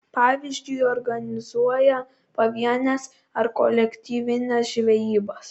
pavyzdžiui organizuoja pavienes ar kolektyvines žvejybas